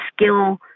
skill